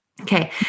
Okay